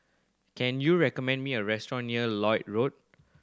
can you recommend me a restaurant near Lloyd Road